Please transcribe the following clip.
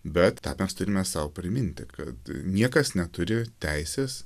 bet tą mes turime sau priminti kad niekas neturi teisės